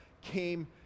came